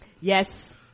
yes